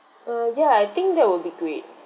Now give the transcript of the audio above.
uh ya I think that would be great